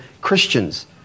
Christians